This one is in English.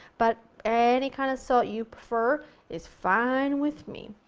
but any kind of salt you prefer is fine with me.